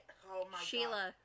Sheila